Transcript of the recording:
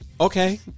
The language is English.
Okay